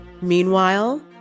Meanwhile